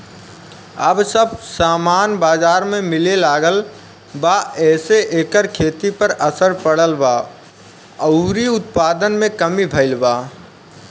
अब सब सामान बजार में मिले लागल बा एसे एकर खेती पर असर पड़ल बा अउरी उत्पादन में कमी भईल बा